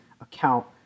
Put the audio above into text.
account